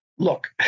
Look